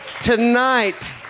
Tonight